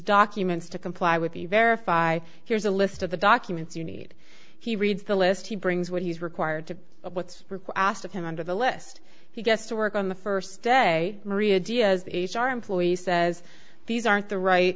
documents to comply with the verify here's a list of the documents you need he reads the list he brings what he's required to what's asked of him under the list he gets to work on the first day maria dia's the h r employee says these aren't the right